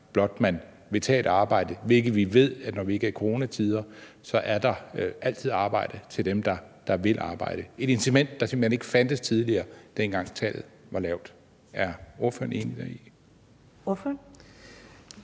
blot man vil tage et arbejde, og vi ved, at når vi ikke er i coronatider, er der altid arbejde til dem, der vil arbejde. Det er et incitament, der simpelt hen ikke fandtes tidligere, dengang tallet var lavt. Er ordføreren enig deri?